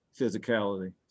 physicality